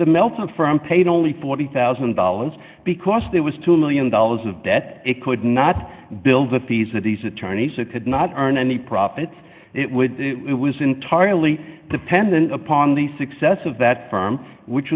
the meltdown from paid only forty thousand dollars because there was two million dollars of debt it could not build the fees that these attorneys it could not earn any profits it would it was entirely dependent upon the success of that firm which